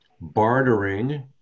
bartering